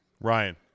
Ryan